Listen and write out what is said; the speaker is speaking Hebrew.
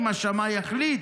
אם השמאי יחליט,